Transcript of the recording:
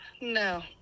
No